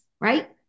right